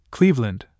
Cleveland